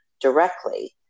directly